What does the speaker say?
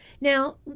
now